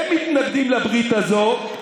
הם מתנגדים לברית הזאת.